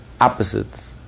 opposites